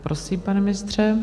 Prosím, pane ministře.